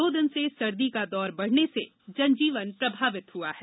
दो दिन से सर्दी का दौर बढ़ने जनजीवन प्रभावित है